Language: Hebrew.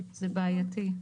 זה בעייתי.